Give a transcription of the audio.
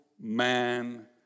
man